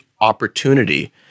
opportunity